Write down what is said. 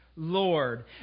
Lord